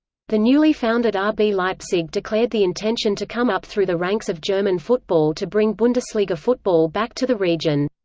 the newly founded ah rb leipzig declared the intention to come up through the ranks of german football to bring bundesliga football back to the region.